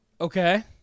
Okay